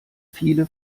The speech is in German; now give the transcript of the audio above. viele